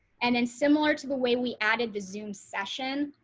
and then, similar to the way we added the zoom session.